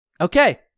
okay